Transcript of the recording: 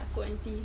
takut nanti